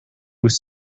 was